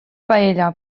paella